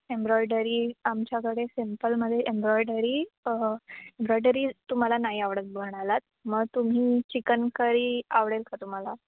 embroidery आमच्याकडे सिम्पलमध्ये embroidery embroidery तुम्हाला नाही आवडत म्हणालात मग तुम्ही चिकनकारी आवडेल का तुम्हाला